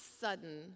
sudden